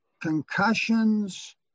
concussions